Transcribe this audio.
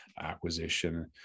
acquisition